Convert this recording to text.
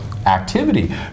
activity